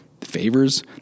Favors